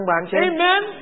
amen